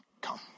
come